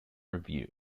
review